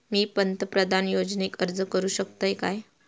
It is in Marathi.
मी पंतप्रधान योजनेक अर्ज करू शकतय काय?